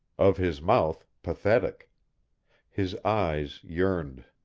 of his mouth pathetic his eyes yearned.